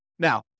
Now